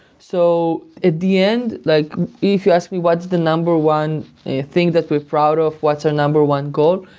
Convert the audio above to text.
so at the end, like if you ask me what's the number one thing that we're proud of, what's our number one goal?